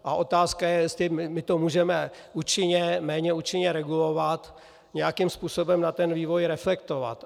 A otázka je, jestli my to můžeme účinně méně účinně regulovat, nějakým způsobem ten vývoj reflektovat.